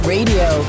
Radio